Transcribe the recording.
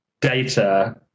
data